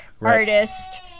artist